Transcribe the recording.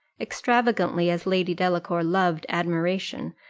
extravagantly as lady delacour loved admiration,